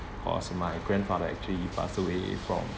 cause my grandfather actually passed away from